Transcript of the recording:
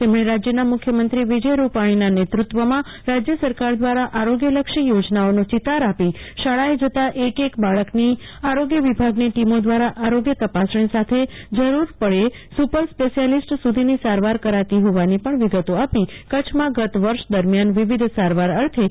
તેમણે રાજયનાં મુ ખ્યમંત્રી વિજયભાઈ રૂપાણીના નેતૃ ત્વમાં રાજય સરકાર દ્વારા આરોગ્યલક્ષી યોજનાઓનો ચિતાર આપી શાળાએ જતાં એક એક બાળકની આરોગ્ય વિભાગની ટીમો દ્વારા આરોગ્ય તપાસણી સાથે જરૂર પડચે સુ પર સ્પેશ્યાલીસ્ટ સુ ધીનો સારવાર કરાતી હોવાની પણ વિગતો આપી કચ્છમાં ગત વર્ષ દરમિયાન વિવિધ સારવાર અર્થે રૂ